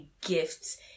gifts